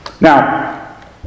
Now